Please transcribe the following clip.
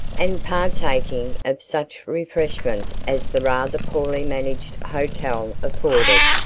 and partaking of such refreshment as the rather poorly managed hotel afforded,